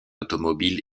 automobile